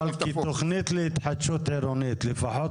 אבל כתכנית להתחדשות עירונית לפחות,